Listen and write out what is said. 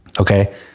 Okay